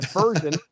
version